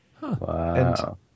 Wow